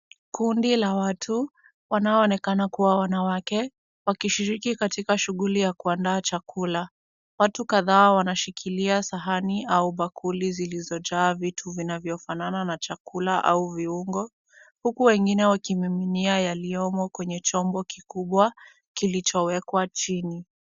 Kundi la watu wanao onekana kuwa wanawake wakishiriki katika shughuli ya kuandaa chakula. Watu kadhaa wanashikilia sahani au bakuli zilizojaa vitu vinavyo fanana na chakula au viuongo huku wengine wakimiminia yaliyomo kwenye chombo kikubwa kilichowekwa chini.